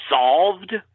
solved